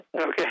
okay